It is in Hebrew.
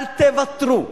אל תוותרו,